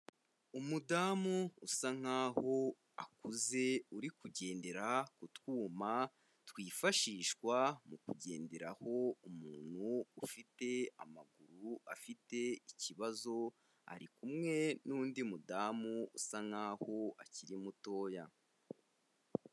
Umudamu usa nkaho akuze uri kugendera ku twuma twifashishwa mu kugenderaho, umuntu ufite amaguru afite ikibazo ari kumwe n'undi mudamu usa nkaho akiri mutoya.